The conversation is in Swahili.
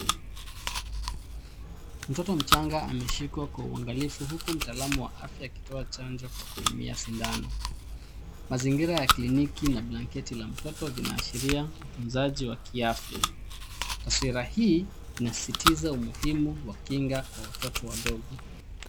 Mtoto mcahnaga ameshikwa kwa uangalifu huku mtaalamu wa afya akitoa chanjo kwa kutumia sindano. Mazingira ya kliniki na blanketi la mtoto vinaashiria utunzaji wa kiafya. Taswira hii inasisitiza umuhimu wa kinga kwa watoto wadogo.